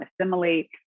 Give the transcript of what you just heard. assimilate